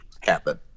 happen